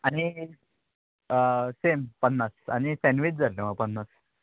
आनी सेम पन्नास आनी सँडवीच जाल्ले म्हाका पन्नास